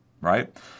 right